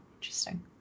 interesting